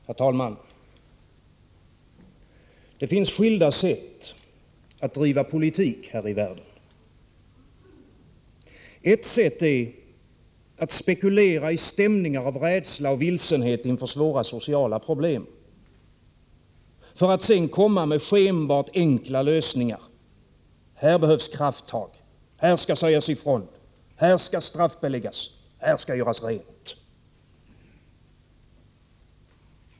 Herr talman! Det finns skilda sätt att driva politik här i världen. Ett sätt är att spekulera i stämningar av rädsla och vilsenhet inför svåra sociala problem —- för att sedan komma med skenbart enkla lösningar: här behövs krafttag, här skall sägas ifrån, här skall straffbeläggas, här skall göras rent.